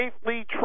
safely